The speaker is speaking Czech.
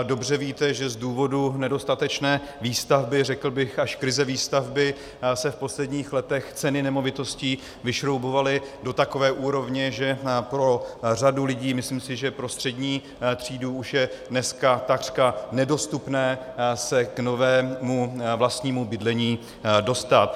Dobře víte, že z důvodu nedostatečné výstavby, řekl bych až krize výstavby, se v posledních letech ceny nemovitostí vyšroubovaly do takové úrovně, že pro řadu lidí, myslím si, že už i pro střední třídu, je dneska takřka nedostupné se k novému vlastnímu bydlení dostat.